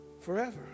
forever